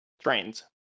trains